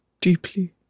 deeply